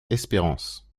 espérance